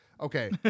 Okay